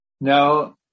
Now